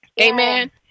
Amen